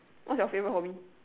what's your favourite hobby